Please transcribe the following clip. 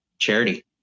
Charity